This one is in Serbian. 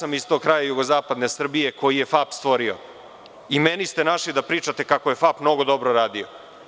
Ja sam iz tog kraja jugozapadne Srbije koji je FAP stvorio i meni ste našli da pričate kako je FAP mnogo dobro radio.